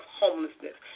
homelessness